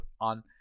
on